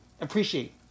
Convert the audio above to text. Appreciate